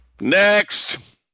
Next